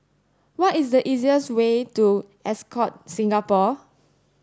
what is the easiest way to Ascott Singapore